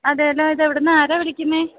അതേല്ലോ ഇതെവിടുന്നാ ആരാ വിളിക്കുന്നത്